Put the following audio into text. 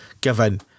given